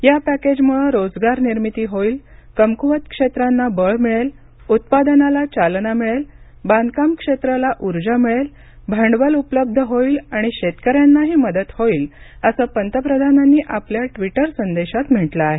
या पॅकेजमुळे रोजगार निर्मिती होईल कमकुवत क्षेत्रांना बळ मिळेल उत्पादनाला चालना मिळेल बांधकाम क्षेत्राला उर्जा मिळेल भांडवल उपलब्ध होईल आणि शेतकऱ्यांनाही मदत होईल असं पंतप्रधानांनी आपल्या ट्विटर संदेशात म्हटलं आहे